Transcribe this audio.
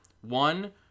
One